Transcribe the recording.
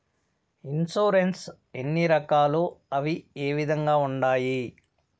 insurance ఎన్ని రకాలు అవి ఏ విధంగా ఉండాయి